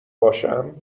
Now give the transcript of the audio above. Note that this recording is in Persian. باشم